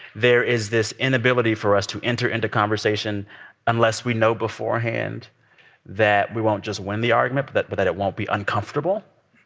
there is this inability for us to enter into conversation unless we know beforehand that we won't just win the argument, but that but that it won't be uncomfortable.